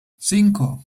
cinco